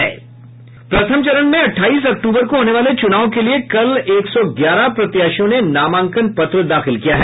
प्रथम चरण में अट्ठाईस अक्टूबर को होने वाले चुनाव के लिए कल एक सौ ग्यारह प्रत्याशियों ने नामांकन पत्र दाखिल किया है